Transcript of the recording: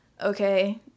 okay